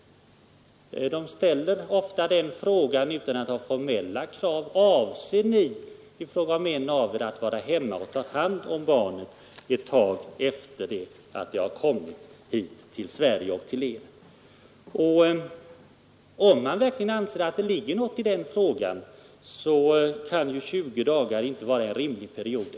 De ställer ofta, utan att ha formella krav, den viktiga frågan: Avser en av er att vara hemma och ta hand om barnet ett tag efter dess ankomst hit till Sverige och till er? Om man verkligen anser att det ligger någonting i den frågan — och det anser jag för egen del — kan ju 20 dagar inte vara en rimlig period.